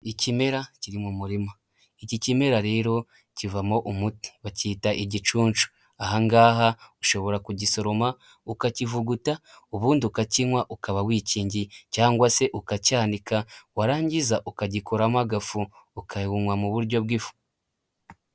Ikimera kiri mu murima, iki kimera rero kivamo umuti bacyita igicuncu ahangaha ushobora kugisoroma ukakivuguta ubundi ukacywa ukaba wikingiye cyangwa se ukacyanika warangiza ukagikoramo agafu ukabunywa mu buryo bw'ifu.